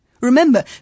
Remember